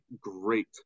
great